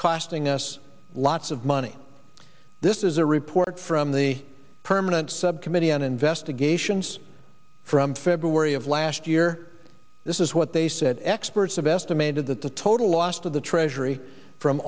costing us lots of money this is a report from the permanent subcommittee on investigations from february of last year this is what they said experts have estimated that the total lost of the treasury from